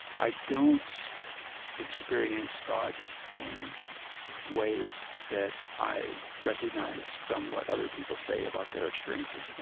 i don't experience god in ways that i recognize from what other people say about their experiences